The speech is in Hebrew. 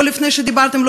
לא לפני שדיברתם,